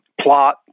Plot